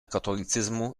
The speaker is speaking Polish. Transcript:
katolicyzmu